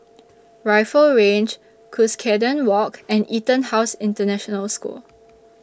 Rifle Range Cuscaden Walk and Etonhouse International School